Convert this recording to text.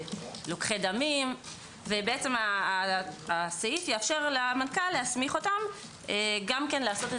לוקחי דמים והסעיף יאפשר למנכ"ל להסמיכם לעשות את